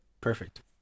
Perfect